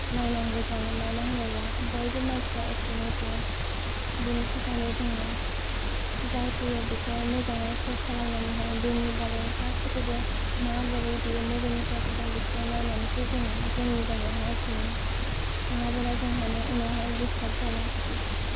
नायनांगौ जायो मानो होनोबा बयबो मानसिफ्रा एखेनो थाया बिनि थाखायनो जोङो जाय फैयो बेखौहाय मोजाङै चेक खालामनानैहाय बिनि बारै गासैखौबो माबोरै बियो मबेनिफ्राय फैदों बेखौहाय नायनानैसो जोङो जोंनि जायगायावहाय सोयो नङाबोला जोंहानो उनावहाय दिसटार्ब जायो